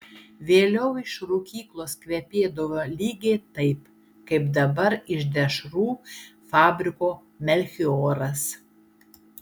vėliau iš rūkyklos kvepėdavo lygiai taip kaip dabar iš dešrų fabriko melchioras